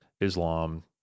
Islam